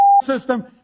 system